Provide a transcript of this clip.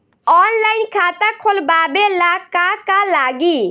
Online खाता खोलबाबे ला का का लागि?